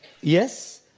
Yes